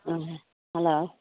hello